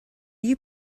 you